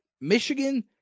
Michigan